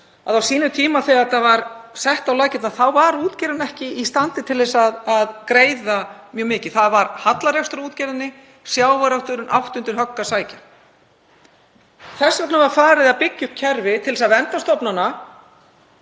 að á sínum tíma þegar þetta var sett á laggirnar var útgerðin ekki í standi til þess að greiða mjög mikið. Það var hallarekstur á útgerðinni, sjávarútvegurinn átti undir högg að sækja. Þess vegna var farið í að byggja upp kerfi til þess að vernda stofnana,